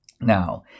Now